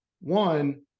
One